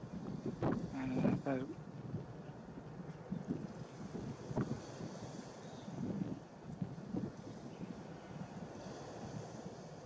ᱦᱮᱸ ᱛᱟᱭ